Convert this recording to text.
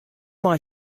mei